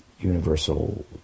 universal